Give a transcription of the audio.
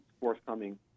forthcoming